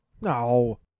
No